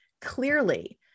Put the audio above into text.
clearly